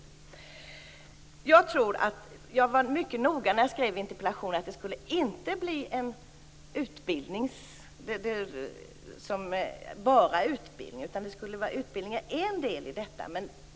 När jag skrev min interpellation var jag mycket noga med att poängtera att det inte bara skulle bli fråga om utbildning, utan utbildningen skulle bli en del i det hela.